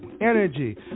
energy